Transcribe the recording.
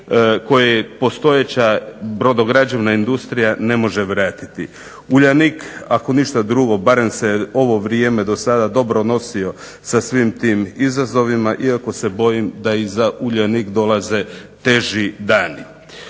koje postojeća brodograđevna industrija ne može vratiti. Uljanik ako ništa drugo barem se ovo vrijeme sada dobro nosio sa svim tim izazovima, iako se bojim da za Uljanik dolaze teži dani.